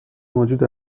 موجود